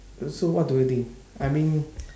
so what do you think I mean